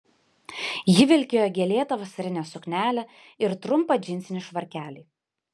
ji vilkėjo gėlėtą vasarinę suknelę ir trumpą džinsinį švarkelį